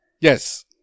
Yes